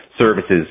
Services